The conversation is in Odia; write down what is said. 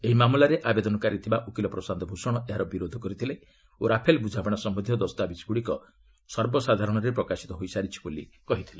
ଏହି ମାମଲାରେ ଆବେଦନକାରୀ ଥିବା ଓକିଲ ପ୍ରଶାନ୍ତ ଭୂଷଣ ଏହାର ବିରୋଧ କରିଥିଲେ ଓ ରାଫେଲ୍ ବୁଝାମଣା ସମ୍ୟନ୍ଧୀୟ ଦସ୍ତାବିଜ୍ଗୁଡ଼ିକ ସର୍ବସାଧାରଣରେ ପ୍ରକାଶିତ ହୋଇସାରିଛି ବୋଲି କହିଥିଲେ